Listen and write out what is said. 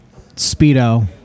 Speedo